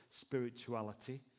spirituality